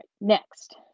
next